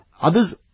Others